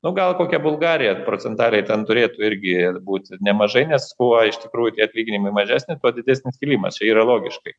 nu gal kokia bulgarija procentaliai ten turėtų irgi būti nemažai nes buvo iš tikrųjų tie atlyginimai mažesni kuo didesnis kilimas čia yra logiškai